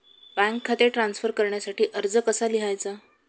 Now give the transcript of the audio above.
Bank खाते transfer करण्यासाठी अर्ज कसा लिहायचा?